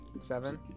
seven